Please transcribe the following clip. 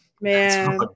man